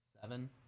Seven